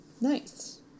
Nice